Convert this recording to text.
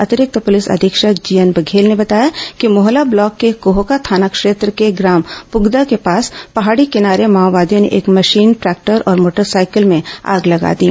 अतिरिक्त पुलिस अधीक्षक जीएन बघेल ने बताया कि मोहला ब्लॉक में कोहका थाना क्षेत्र के ग्राम पुगदा के पास पहाड़ी किनारे माओवादियों ने एक मशीन ट्रैक्टर और मोटरसाइकिल में आग लगा दी